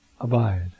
Abide